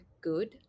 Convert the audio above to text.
Good